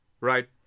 right